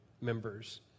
members